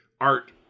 art